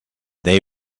they